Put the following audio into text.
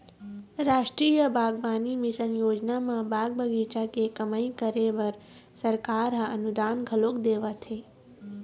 रास्टीय बागबानी मिसन योजना म बाग बगीचा के कमई करे बर सरकार ह अनुदान घलोक देवत हे